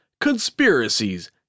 conspiracies